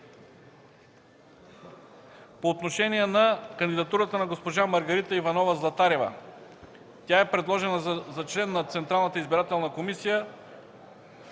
По отношение на кандидатурата на госпожа Маргарита Иванова Златарева. Тя е предложение за член на Централната избирателна комисия